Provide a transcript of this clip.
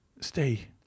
Stay